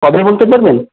কবে বলতে পারবেন